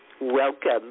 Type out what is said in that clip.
Welcome